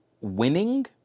winning